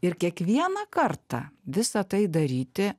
ir kiekvieną kartą visą tai daryti